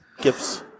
gifts